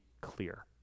clear